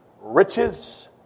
riches